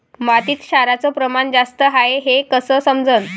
मातीत क्षाराचं प्रमान जास्त हाये हे कस समजन?